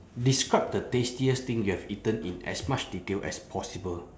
describe the tastiest thing you have eaten in as much detail as possible